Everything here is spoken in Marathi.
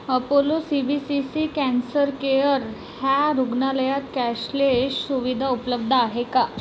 Apollo C B C C cancer care ह्या रुग्नालयात कॅशलेश सुविधा उपलब्ध आहे का